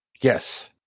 Yes